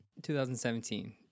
2017